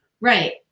Right